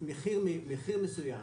מחיר מסוים,